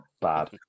bad